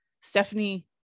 Stephanie